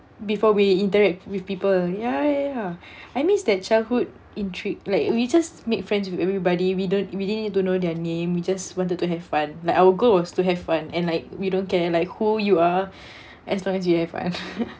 before we interact with people ya ya I miss that childhood intrigue like we just make friends with everybody we don't we didn't need to know their name we just wanted to have fun like our goal was to have fun and like we don't care like who you are as long as you have fun